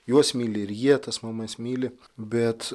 juos myli ir jie tas mamas myli bet